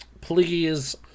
please